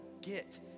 get